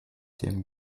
during